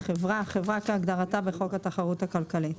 "חברה" חברה כהגדרתה בחוק התחרות הכלכלית.